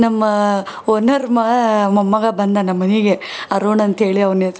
ನಮ್ಮ ಓನರ್ ಮಾ ಮೊಮ್ಮಗ ಬಂದ ನಮ್ಮ ಮನೆಗೆ ಅರುಣ್ ಅಂಥೇಳಿ ಅವ್ನ ಹೆಸರು